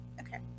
Okay